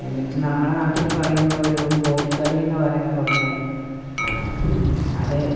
എന്നിട്ട് നമ്മുടെ നാട്ടില് പറയും ഓരോ കോൽക്കളിയെന്നു പറയുന്നപോലെ ആണത്